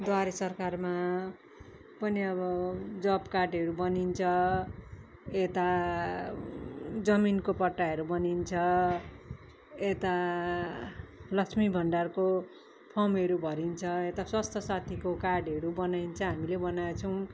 द्वारे सरकारमा पनि अब जब कार्डहरू बनिन्छ यता जमिनको पट्टाहरू बनिन्छ यता लक्ष्मी भण्डारको फर्महरू भरिन्छ यता स्वास्थ्य साथीको कार्डहरू बनाइन्छ हामीले बनाएको छौँ